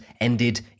ended